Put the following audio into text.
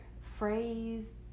phrase